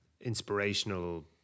inspirational